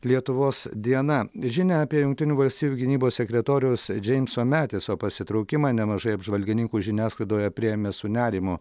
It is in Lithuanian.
lietuvos diena žinią apie jungtinių valstijų gynybos sekretoriaus džeimso metiso pasitraukimą nemažai apžvalgininkų žiniasklaidoje priėmė su nerimu